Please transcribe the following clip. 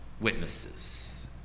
witnesses